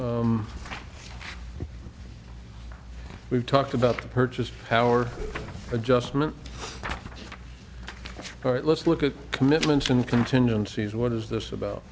ok we've talked about the purchasing power adjustment but let's look at commitments in contingencies what is this about